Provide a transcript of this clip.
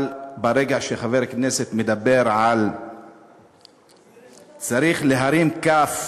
אבל ברגע שחבר כנסת מדבר על שצריך להרים כף